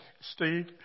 Steve